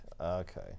Okay